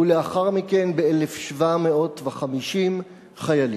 ולאחר מכן ב-1,750 חיילים.